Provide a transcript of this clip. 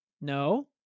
No